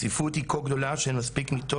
הצפיפות היא כה גדולה שאין מספיק מיטות